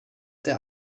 der